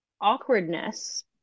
awkwardness